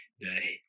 day